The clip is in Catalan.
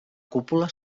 cúpula